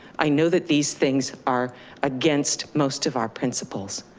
i know that these things are against most of our principles.